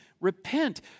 Repent